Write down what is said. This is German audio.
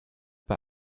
bei